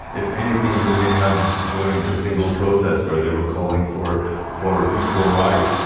if anything, he may have joined a single protest where they were calling for for equal rights,